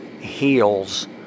heals